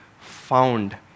found